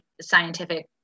scientific